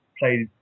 played